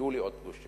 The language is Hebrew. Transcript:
ויהיו לי עוד פגישות.